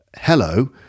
hello